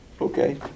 Okay